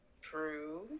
true